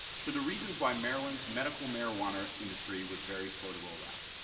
to the reasons why maryland's medical marijuana industry was very slow to roll out.